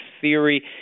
theory